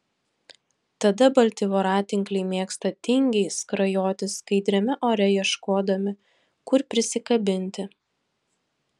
tada balti voratinkliai mėgsta tingiai skrajoti skaidriame ore ieškodami kur prisikabinti